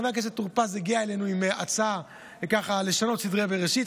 חבר הכנסת טור פז הגיע אלינו עם הצעה ככה לשנות סדרי בראשית,